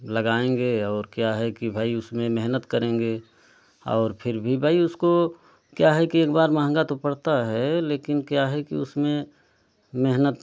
लगाएँगे और क्या है कि भाई उसमें मेहनत करेंगे और फ़िर भी भाई उसको क्या है कि एक बार महँगा तो पड़ता है लेकिन क्या है कि उसमें मेहनत